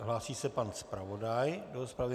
Hlásí se pan zpravodaj do rozpravy?